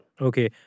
Okay